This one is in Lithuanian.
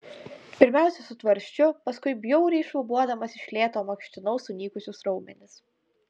pirmiausia su tvarsčiu paskui bjauriai šlubuodamas iš lėto mankštinau sunykusius raumenis